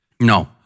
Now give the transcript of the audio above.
No